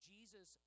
Jesus